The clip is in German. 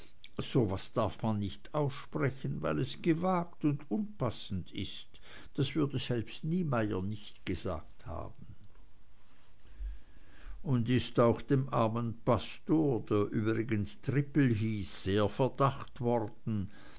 so was darf man nicht aussprechen weil es gewagt und unpassend ist das würde selbst niemeyer nicht gesagt haben und das ist auch dem armen pastor der übrigens trippel hieß sehr verdacht worden